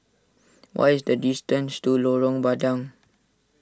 what is the distance to Lorong Bandang